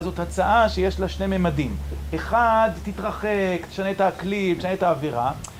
זאת הצעה שיש לה שני ממדים אחד, תתרחק, תשנה את האקלים, תשנה את האווירה